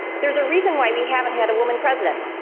there's a reason why we haven't had a woman president.